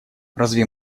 разве